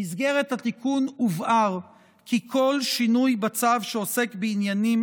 במסגרת התיקון הובהר כי כל שינוי בצו שעוסק בעניינים